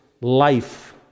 life